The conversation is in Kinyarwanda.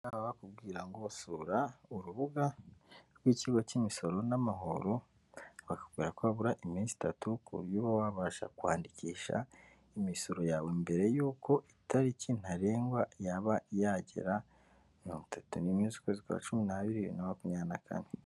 Aha ngaha baba bakubwira ngo sura urubuga rw'ikigo cy'imisoro n'amahoro, bakakubwira ko habura iminsi itatu ku buryo uba wabasha kwandikisha imisoro yawe mbere y'uko itariki ntarengwa yaba yagera, mirongo itatu nimwe z'ukwezi kwa cumi n'abiri, bibiri na makumyabiri na kane.